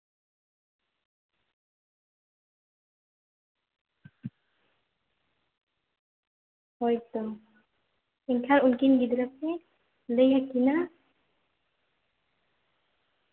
ᱦᱳᱭᱛᱳ ᱮᱱᱠᱷᱟᱱ ᱩᱱᱠᱤᱱ ᱜᱤᱫᱽᱨᱟᱹ ᱠᱤᱱ ᱞᱟᱹᱭᱟᱠᱤᱱᱟ